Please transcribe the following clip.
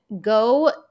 go